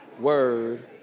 word